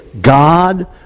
God